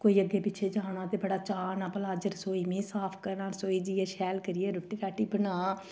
कोई अग्गें पिच्छें जाना ते बड़ा चाऽ औना भला अज्ज रसोई में साफ करां रसोई जेइयै शैल करियै रुटी राटी बनांऽ